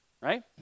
right